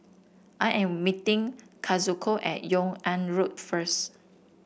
I am meeting Kazuko at Yung An Road first